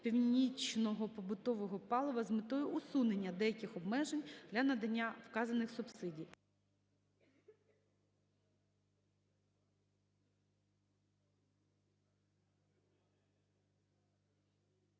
пічного побутового палива" з метою усунення деяких обмежень для надання вказаних субсидій.